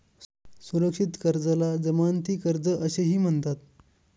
सुरक्षित कर्जाला जमानती कर्ज असेही म्हणतात